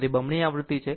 તે બમણી આવૃત્તિ છે